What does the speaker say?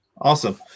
Awesome